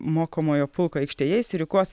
mokomojo pulko aikštėje išsirikiuos